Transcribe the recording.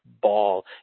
ball